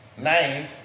nice